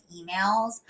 emails